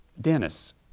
Dennis